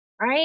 right